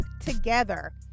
together